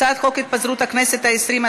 הצעת חוק התפזרות הכנסת העשרים,